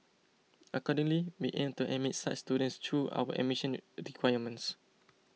accordingly we aim to admit such students through our admission requirements